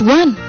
one